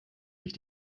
sich